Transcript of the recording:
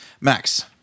max